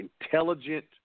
intelligent